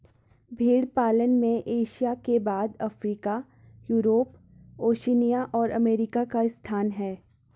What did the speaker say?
भेंड़ पालन में एशिया के बाद अफ्रीका, यूरोप, ओशिनिया और अमेरिका का स्थान है